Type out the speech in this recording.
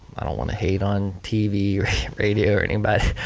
i don't want to hate on tv or radio or anybody,